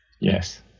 Yes